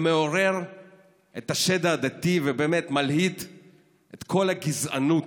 מעורר את השד העדתי ומלהיט את כל הגזענות